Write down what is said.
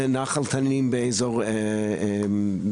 נחל תנינים באזור בנימינה,